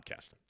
Podcast